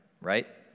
right